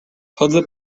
chodzę